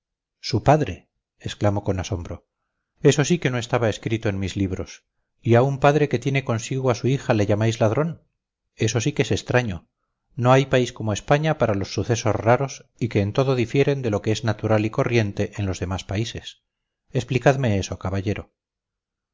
su padre exclamó con asombro eso sí que no estaba escrito en mis libros y a un padre que retiene consigo a su hija le llamáis ladrón eso sí que es extraño no hay país como españa para los sucesos raros y que en todo difieren de lo que es natural y corriente en los demás países explicadme eso caballero